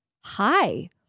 hi